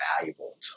valuable